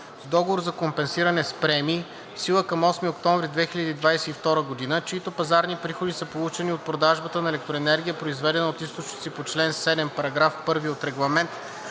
договор за компенсиране с премии, в сила към 8 октомври 2022 г., чиито пазарни приходи са получени от продажбата на електроенергия, произведена от източници по чл. 7, параграф 1 от Регламент